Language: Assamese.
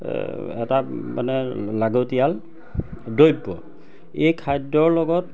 এটা মানে লাগতিয়াল দ্ৰব্য এই খাদ্যৰ লগত